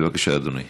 בבקשה, אדוני.